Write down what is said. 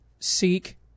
Seek